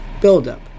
buildup